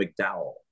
mcdowell